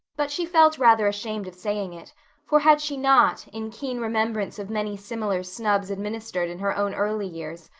but she felt rather ashamed of saying it for had she not, in keen remembrance of many similar snubs administered in her own early years,